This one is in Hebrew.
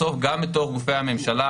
בסוף גם בתוך גופי הממשלה,